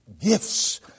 gifts